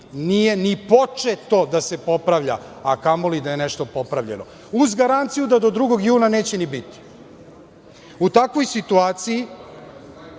nije ni početo da se popravlja, a kamo li da je nešto popravljeno, uz garanciju da do 2. juna neće ni biti.U takvoj situaciji,